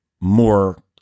more